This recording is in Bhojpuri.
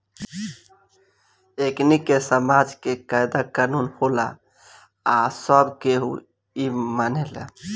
एकनि के समाज के कायदा कानून होला आ सब केहू इ मानेला